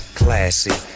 classy